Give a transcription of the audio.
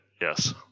Yes